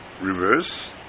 reverse